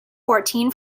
fourteen